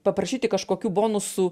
paprašyti kažkokių bonusų